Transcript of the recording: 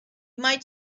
might